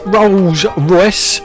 Rolls-Royce